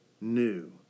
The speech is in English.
New